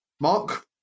Mark